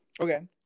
Okay